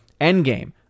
Endgame